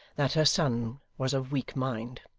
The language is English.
that her son was of weak mind.